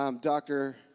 Dr